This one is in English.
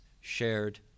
shared